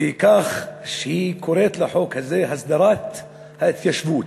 בכך שהיא קוראת לחוק הזה "הסדרת ההתיישבות".